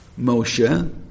Moshe